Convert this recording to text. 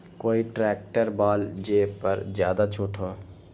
कोइ ट्रैक्टर बा जे पर ज्यादा छूट हो?